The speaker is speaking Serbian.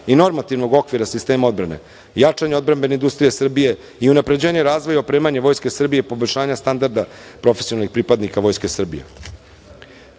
i normativnog okvira sistema odbrane, jačanje odbrambene industrije Srbije i unapređenje razvoja i opremanja Vojske Srbije i poboljšanja standarda profesionalnih pripadnika Vojske Srbije. Ova